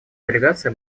делегация